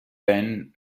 ben